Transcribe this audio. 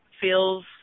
feels